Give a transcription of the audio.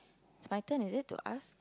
it's my turn is it to ask